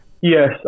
Yes